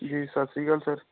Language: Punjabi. ਜੀ ਸਤਿ ਸ਼੍ਰੀ ਅਕਾਲ ਸਰ